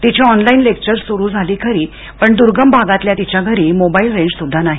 तिची online lectures सुरु झाली खरी पण द्र्गम भागातल्या तिच्या घरी मोबाईल रेंज सुद्धा नाही